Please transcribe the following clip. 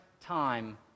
time